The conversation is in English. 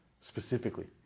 Specifically